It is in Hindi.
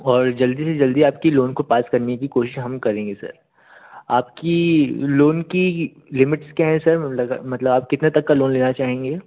और जल्दी से जल्दी आपकी लोन को पास करने की कोशिश हम करेंगे सर आपकी लोन की लिमिट्स क्या हैं सर लग मतलब आप कितने तक का लोन लेना चाहेंगे